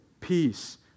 peace